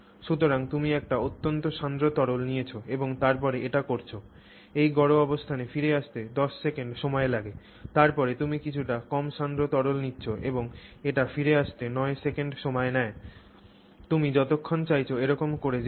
সুতরাং তুমি একটি অত্যন্ত সান্দ্র তরল নিয়েছ এবং তারপরে এটি করছ এই গড় অবস্থানে ফিরে আসতে 10 সেকেন্ড সময় লাগে তারপরে তুমি কিছুটা কম সান্দ্র তরল নিচ্ছ এবং এটি ফিরে আসতে 9 সেকেন্ড সময় নেয় তুমি যতক্ষণ চাইছ এরকম করে যেতে পার